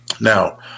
Now